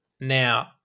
Now